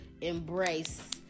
embrace